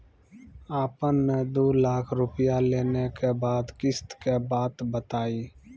आपन ने दू लाख रुपिया लेने के बाद किस्त के बात बतायी?